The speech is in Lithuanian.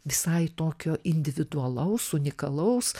visai tokio individualaus unikalaus